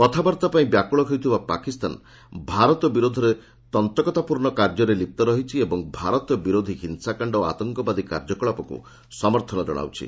କଥାବାର୍ତ୍ତା ପାଇଁ ବ୍ୟାକୁଳ ହେଉଥିବା ପାକିସ୍ତାନ ଭାରତ ବିରୋଧରେ ଚଞ୍ଚକତାପୂର୍ଣ୍ଣ କାର୍ଯ୍ୟରେ ଲିପ୍ତ ରହିଛି ଏବଂ ଭାରତ ବିରୋଧୀ ହିଂସାକାଣ୍ଡ ଓ ଆତଙ୍କବାଦୀ କାର୍ଯ୍ୟକଳାପକୁ ସମର୍ଥନ ଜଣାଉଛି